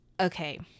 Okay